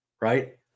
right